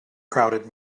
crowded